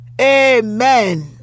Amen